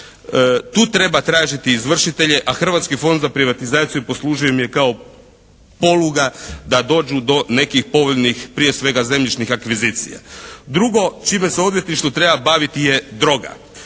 Tu treba tražiti izvršitelje a Hrvatski fond za privatizaciju poslužio im je kao poluga da dođu do nekih povoljnih prije svega zemljišnih akvizicija. Drugo čime se odvjetništvo treba baviti je droga.